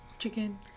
chicken